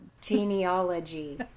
genealogy